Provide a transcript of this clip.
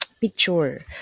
picture